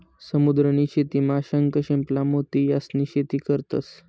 समुद्र नी शेतीमा शंख, शिंपला, मोती यास्नी शेती करतंस